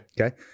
Okay